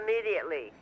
immediately